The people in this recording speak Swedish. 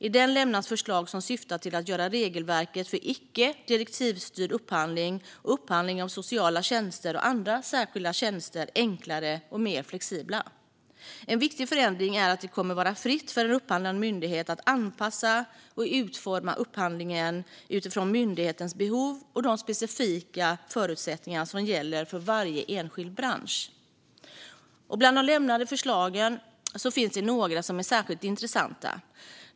I den lämnas förslag som syftar till att göra regelverket för icke direktivstyrd upphandling och upphandling av sociala tjänster och andra särskilda tjänster enklare och mer flexibla. En viktig förändring är att det kommer att vara fritt för en upphandlande myndighet att anpassa och utforma upphandlingen utifrån myndighetens behov och de specifika förutsättningar som gäller för varje enskild bransch. Bland de lämnade förslagen finns några som är särskilt intressanta.